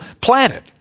planet